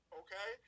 okay